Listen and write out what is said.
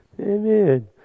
amen